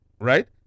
Right